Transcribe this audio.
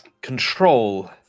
control